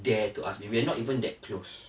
dare to ask me we're not even that close um you know